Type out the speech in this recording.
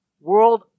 world